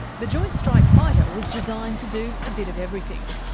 the joint strike fighter was designed to do a bit of everything.